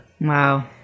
Wow